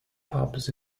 pubs